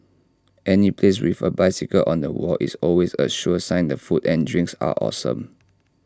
any place with A bicycle on the wall is always A sure sign the food and drinks are awesome